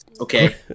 Okay